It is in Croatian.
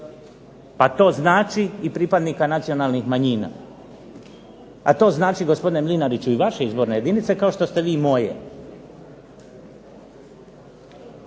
pa to znači i pripadnika nacionalnih manjina. A to znači gospodine Mlinariću i vaše izborne jedinice kao što ste i vi moje